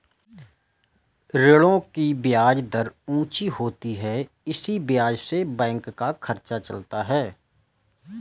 ऋणों की ब्याज दर ऊंची होती है इसी ब्याज से बैंक का खर्चा चलता है